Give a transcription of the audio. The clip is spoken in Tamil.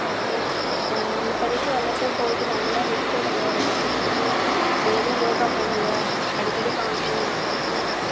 ஓகே இப்பதைக்கி வந்துட்டு போய்ட்டு நல்லா ரெஸ்ட் எடுங்கள் ரெஸ்ட் எடுத்துட்டு டெய்லி யோகா பண்ணுங்கள் அடிக்கடி கவுன்சிலிங் வாங்க ஓகேங்களா